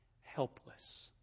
helpless